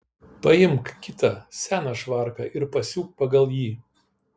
paimk kitą seną švarką ir pasiūk pagal jį